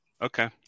Okay